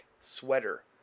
sweater